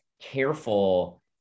careful